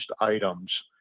items